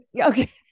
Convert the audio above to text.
Okay